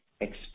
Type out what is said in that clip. expect